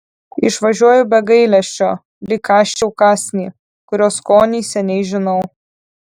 išvažiuoju be gailesčio lyg kąsčiau kąsnį kurio skonį seniai žinau